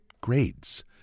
grades